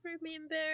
remember